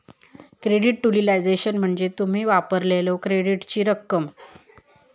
credit utilisation म्हणजे तुम्ही वापरलेल्यो क्रेडिटची रक्कम